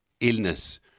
illness